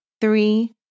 three